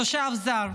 תושב זר.